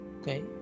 okay